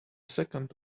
second